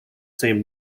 same